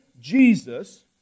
Jesus